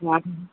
हा